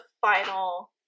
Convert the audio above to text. final